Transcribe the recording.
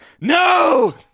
No